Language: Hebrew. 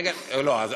איפה משרד הבריאות?